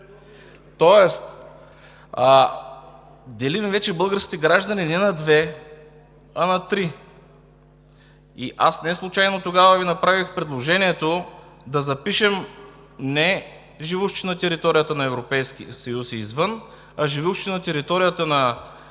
тоест делим вече българските граждани не на две, а на три! Аз неслучайно тогава Ви направих предложението да запишем не „живущи на територията на Европейския съюз и извън“, а „живущи на територията на страните